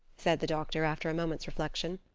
said the doctor, after a moment's reflection,